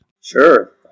Sure